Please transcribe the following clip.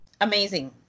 amazing